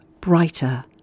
brighter